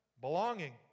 Belonging